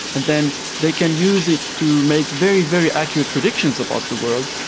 and then they can use it to make very, very accurate predictions about the world,